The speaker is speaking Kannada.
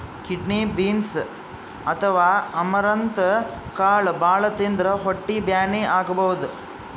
ಕಿಡ್ನಿ ಬೀನ್ಸ್ ಅಥವಾ ಅಮರಂತ್ ಕಾಳ್ ಭಾಳ್ ತಿಂದ್ರ್ ಹೊಟ್ಟಿ ಬ್ಯಾನಿ ಆಗಬಹುದ್